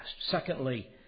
Secondly